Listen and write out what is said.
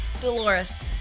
Dolores